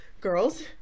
girls